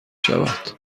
شود